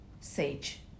sage